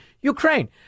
ukraine